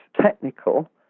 technical